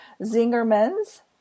Zingerman's